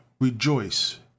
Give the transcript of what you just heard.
REJOICE